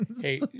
Hey